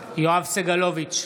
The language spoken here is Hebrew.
סגלוביץ'